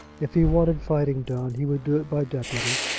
if he wanted fighting done, he would do it by deputy.